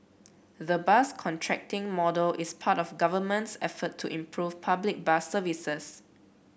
the bus contracting model is part of Government's effort to improve public bus services